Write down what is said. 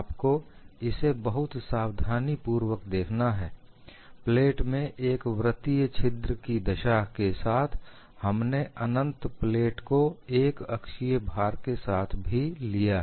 आपको इसे बहुत सावधानीपूर्वक देखना है प्लेट में एक वृत्तीय छिद्र की दशा के साथ हमने अनंत प्लेट को एक अक्षीय भार के साथ भी लिया है